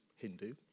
Hindu